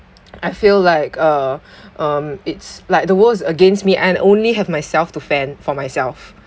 I feel like uh um it's like the world's against me and only have myself to fend for myself